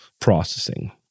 processing